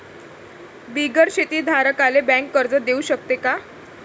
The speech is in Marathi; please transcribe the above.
बिगर शेती धारकाले बँक कर्ज देऊ शकते का?